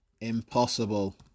Impossible